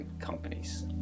companies